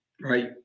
right